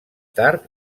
tard